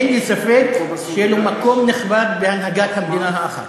אין לי ספק שיהיה לו מקום נכבד בהנהגת המדינה האחת.